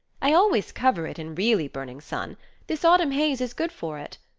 i always cover it in really burning sun this autumn haze is good for it.